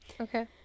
okay